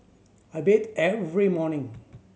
I bathe every morning